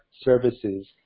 services